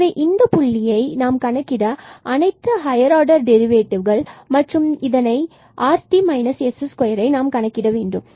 எனவே இந்த புள்ளி நாம் கணக்கிட அனைத்து ஹையர் ஆர்டர் டெரிவேட்டிவ் மற்றும் நாம் இதனை rt s2 கணக்கிட வேண்டும்